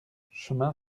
chemin